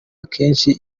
akenshi